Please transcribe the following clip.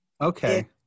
okay